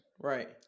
right